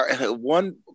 One